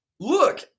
look